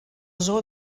zoo